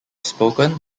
spoken